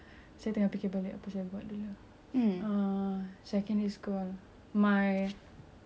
secondary school I my number one yes my number one all time is N_P_C_C